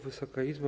Wysoka Izbo!